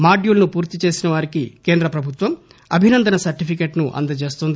మాడ్యూల్ను పూర్తి చేసిన వారికి కేంద్రపభుత్వం అభినందన సర్లిఫికెట్ను అందజేస్తుంది